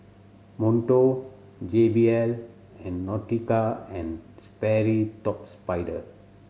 Monto J B L and Nautica and Sperry Top Sider